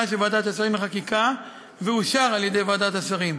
של ועדת השרים לחקיקה ואושר על-ידי ועדת השרים.